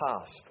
past